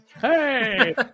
Hey